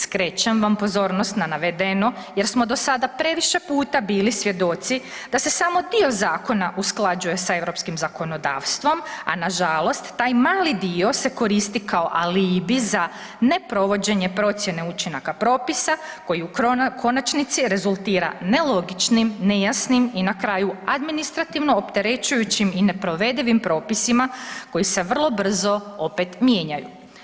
Skrećem vam pozornost na navedeno jer smo do sada previše puta bili svjedoci da se samo dio zakona usklađuje sa europskim zakonodavstvom, a nažalost taj mali dio se koristi kao alibi za neprovođenje procjene učinaka propisa koji u konačnici rezultira nelogičnim, nejasnim i na kraju administrativno opterećujućim i neprovedivim propisima koji se vrlo brzo opet mijenjaju.